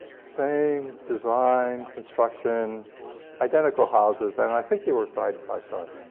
same design, construction identical houses. and i think they were side by side.